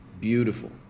Beautiful